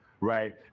right